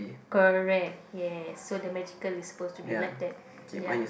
correct yes so the magical is suppose to be like that ya